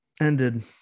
ended